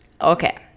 Okay